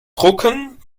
drucken